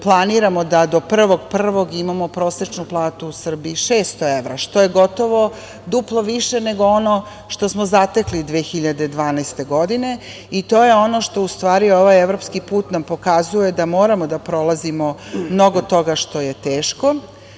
planiramo da do 1. januara imamo prosečnu platu u Srbiji 600 evra, što je gotovo duplo više nego ono što smo zatekli 2012. godine, i to je ono što ustvari ovaj evropski put nam pokazuje da moramo da prolazimo mnogo toga što je teško,